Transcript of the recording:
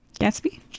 Gatsby